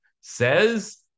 says